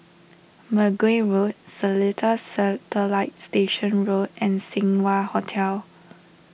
Mergui Road Seletar Satellite Station Road and Seng Wah Hotel